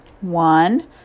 One